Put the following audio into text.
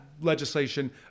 legislation